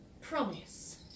promise